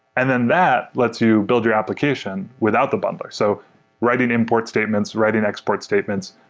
and then that lets you build your application without the bundler. so writing import statements, writing export statements,